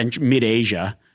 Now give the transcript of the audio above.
mid-Asia